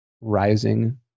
rising